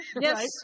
Yes